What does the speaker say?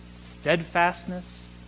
steadfastness